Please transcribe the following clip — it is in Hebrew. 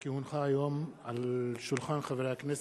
כי הונחה היום על שולחן הכנסת,